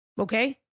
Okay